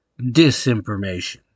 Disinformation